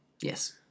Yes